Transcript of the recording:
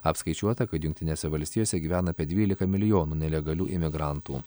apskaičiuota kad jungtinėse valstijose gyvena apie dvylika milijonų nelegalių imigrantų